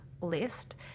list